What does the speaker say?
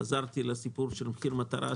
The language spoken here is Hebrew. עזרתי לסיפור של מחיר מטרה,